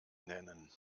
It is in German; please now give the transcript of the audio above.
nennen